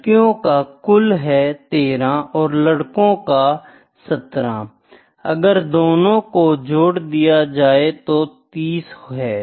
लड़कियों का कुल है 13 और लड़को का 17 है अगर दोनों को जोड़ दिया जाये तो 30 है